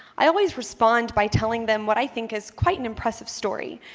i always respond by telling them what i think is quite an impressive story.